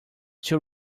too